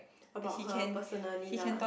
about her personally lah